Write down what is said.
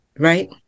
Right